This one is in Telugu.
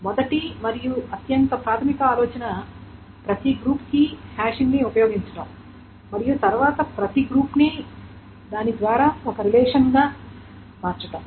మొదటి మరియు అత్యంత ప్రాథమిక ఆలోచన ప్రతి గ్రూప్ కి హ్యాషింగ్ని ఉపయోగించడం మరియు తరువాత ప్రతి గ్రూప్ దాని ద్వారా ఒక రిలేషన్ గా మారుతుంది